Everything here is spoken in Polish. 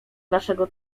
naszego